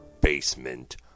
basement